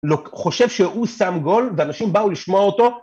לא. חושב שהוא שם גול ואנשים באו לשמוע אותו